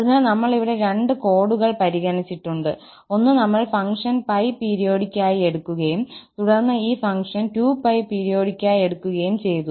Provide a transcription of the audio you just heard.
അതിനാൽ നമ്മൾ ഇവിടെ രണ്ട് കേസുകൾ പരിഗണിച്ചിട്ടുണ്ട് ഒന്ന് നമ്മൾ ഫംഗ്ഷൻ 𝜋 പീരിയോഡിക് ആയി എടുക്കുകയും തുടർന്ന് ഈ ഫംഗ്ഷൻ 2𝜋 പീരിയോഡിക് ആയി എടുക്കുകയും ചെയ്തു